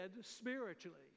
spiritually